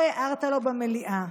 הערתי לו,